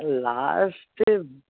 last